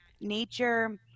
nature